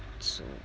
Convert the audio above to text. so